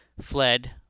fled